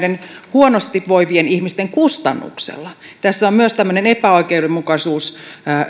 huonosti voivien paljon hoivaa tarvitsevien ihmisten kustannuksella siinä mallissa on myös tämmöinen epäoikeudenmukaisuus